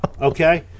Okay